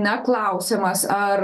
na klausiamas ar